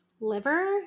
liver